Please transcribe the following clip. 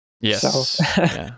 yes